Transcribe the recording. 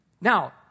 Now